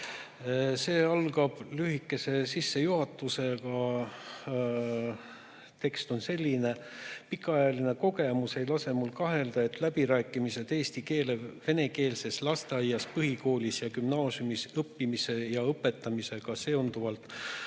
See algab lühikese sissejuhatusega. Tekst on selline: "Pikaajaline kogemus ei lase mul kahelda, et läbirääkimised eesti keele venekeelses lasteaias, põhikoolis ja gümnaasiumis õppimise ja õpetamisega seonduvalt